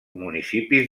municipis